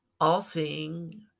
all-seeing